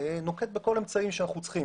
נוקט בכל האמצעים שהוא צריך.